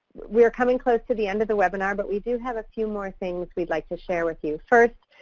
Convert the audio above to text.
we are coming close to the end of the webinar, but we do have a few more things we'd like to share with you. first,